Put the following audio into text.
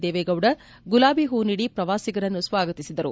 ದೇವೇಗೌಡ ಗುಲಾಬಿ ಹೂ ನೀಡಿ ಪ್ರವಾಸಿಗರನ್ನ ಸ್ವಾಗತಿಸಿದರು